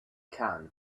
can